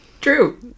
True